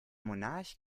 monarch